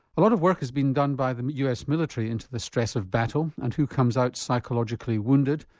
a lot of work is being done by the us military into the stress of battle and who comes out psychologically wounded,